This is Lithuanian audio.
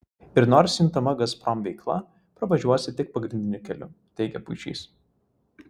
ir nors juntama gazprom veikla pravažiuosi tik pagrindiniu keliu teigė puišys